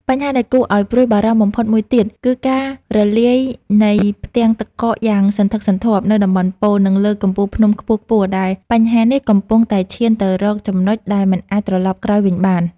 បញ្ហាដែលគួរឱ្យព្រួយបារម្ភបំផុតមួយទៀត គឺការរលាយនៃផ្ទាំងទឹកកកយ៉ាងសន្ធឹកសន្ធាប់នៅតំបន់ប៉ូល និងលើកំពូលភ្នំខ្ពស់ៗ ដែលបញ្ហានេះកំពុងតែឈានទៅរកចំណុចដែលមិនអាចត្រឡប់ក្រោយវិញបាន។